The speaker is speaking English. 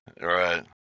Right